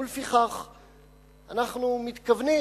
לפיכך אנחנו מתכוונים,